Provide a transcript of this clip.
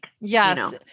Yes